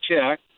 check